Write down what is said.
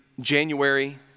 January